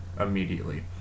immediately